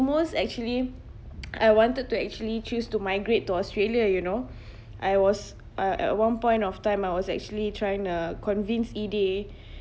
almost actually I wanted to actually choose to migrate to australia you know I was uh at one point of time I was actually trying to convince eday